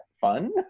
fun